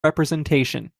representation